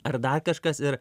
ar dar kažkas ir